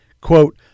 quote